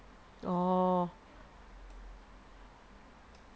orh